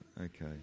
okay